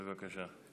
בבקשה.